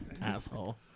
Asshole